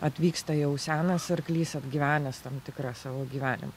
atvyksta jau senas arklys atgyvenęs tam tikrą savo gyvenimą